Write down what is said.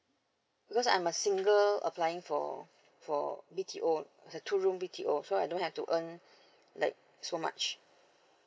because I'm a single applying for for B_T_O for the two room B_T_O so I don't have to earn like too much